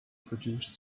produced